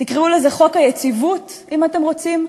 תקראו לזה חוק היציבות אם אתם רוצים,